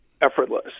effortless